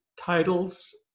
titles